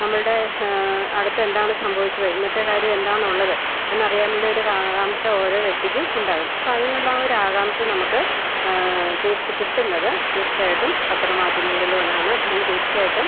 നമ്മുടെ അടുത്തെന്താണ് സംഭവിച്ചത് ഇന്നത്തെ കാര്യമെന്താണുള്ളത് എന്നറിയാനുള്ളൊരു ആകാംക്ഷ ഓരോ വ്യക്തിക്കുമുണ്ടാകും അപ്പോള് അതിനുള്ള ഒരാകാംക്ഷ നമുക്ക് കിട്ടുന്നത് തീർച്ചയായിട്ടും പത്രമാദ്ധ്യമങ്ങളിലൂടെയാണ് അങ്ങനെ തീർച്ചയായിട്ടും